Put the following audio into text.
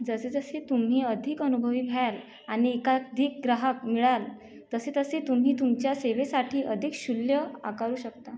जसे जसे तुम्ही अधिक अनुभवी व्हाल आणि एकाधिक ग्राहक मिळाल तसे तसे तुम्ही तुमच्या सेवेसाठी अधिक शुल्य आकारू शकता